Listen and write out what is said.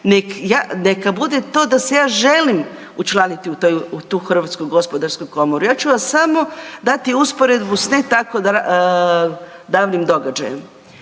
neka bude to da se ja želim učlaniti u HGK. Ja ću vas samo dati usporedbu s ne tako davnim događajem.